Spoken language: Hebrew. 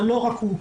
אבל לא רק הוא.